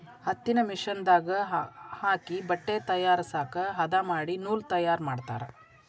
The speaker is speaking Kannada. ಹತ್ತಿನ ಮಿಷನ್ ದಾಗ ಹಾಕಿ ಬಟ್ಟೆ ತಯಾರಸಾಕ ಹದಾ ಮಾಡಿ ನೂಲ ತಯಾರ ಮಾಡ್ತಾರ